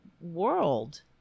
world